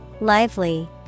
Lively